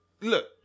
look